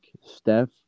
Steph